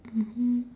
mmhmm